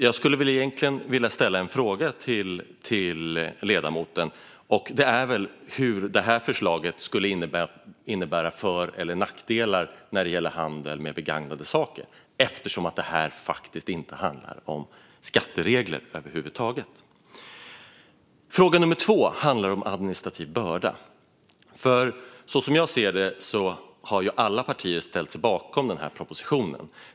Jag skulle vilja ställa en fråga till ledamoten, nämligen hur detta förslag skulle innebära för eller nackdelar när det gäller handel med begagnade saker, med tanke på att det faktiskt inte handlar om skatteregler över huvud taget. Fråga nummer två handlar om administrativ börda. Som jag ser det har alla partier ställt sig bakom denna proposition.